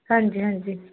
ਹਾਂਜੀ ਹਾਂਜੀ